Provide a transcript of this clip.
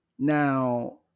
Now